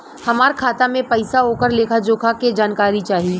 हमार खाता में पैसा ओकर लेखा जोखा के जानकारी चाही?